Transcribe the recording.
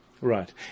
Right